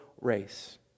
race